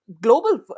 global